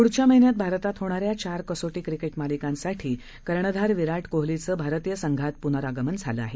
पुढच्या महिन्यात भारतात होणाऱ्या चार कसोटी क्रिकेट मालिकेसाठी कर्णधार विराट कोहलीचं भारतीय संघात पुनरागमन झालं आहे